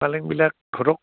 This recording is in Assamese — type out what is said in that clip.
পালেংবিলাক ধৰক